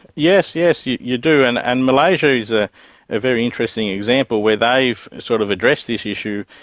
yes, yes, you you do, and and malaysia is a ah very interesting example, where they've sort of addressed this issue,